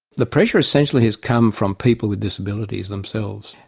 the pressure essentially has come from people with disabilities themselves.